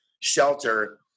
shelter